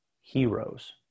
heroes